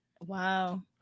Wow